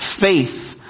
Faith